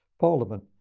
Parliament